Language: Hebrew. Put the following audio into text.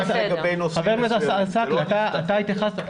זה רק לגבי נושאים מסוימים, ולא נפתח את זה.